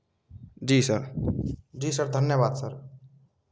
जी sir जी sir धन्यवाद sir